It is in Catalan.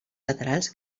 laterals